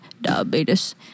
diabetes